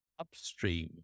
Upstream